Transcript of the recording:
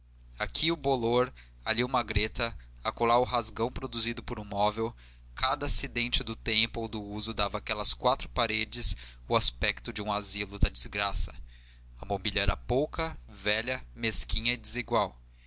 aqui o bolor ali uma greta acolá o rasgão produzido por um móvel cada acidente do tempo ou do uso dava aquelas quatro paredes o aspecto de um asilo da desgraça a mobília era pouca velha mesquinha e desigual